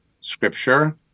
scripture